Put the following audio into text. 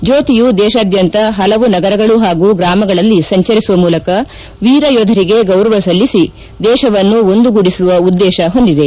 ಜ್ಞೋತಿಯು ದೇಶಾದ್ಯಂತ ಪಲವು ನಗರಗಳು ಹಾಗೂ ಗ್ರಾಮಗಳಲ್ಲಿ ಸಂಚರಿಸುವ ಮೂಲಕ ವೀರ ಯೋಧರಿಗೆ ಗೌರವ ಸಲ್ಲಿಸಿ ದೇಶವನ್ನು ಒಂದು ಗೂಡಿಸುವ ಉದ್ದೇಶ ಹೊಂದಿದೆ